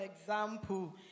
example